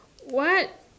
what